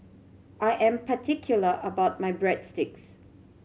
I am particular about my Breadsticks